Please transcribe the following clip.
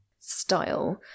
style